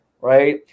right